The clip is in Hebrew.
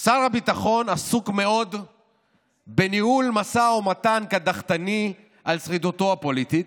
שר הביטחון עסוק מאוד בניהול משא ומתן קדחתני על שרידותו הפוליטית,